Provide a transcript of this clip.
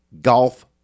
golf